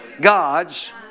God's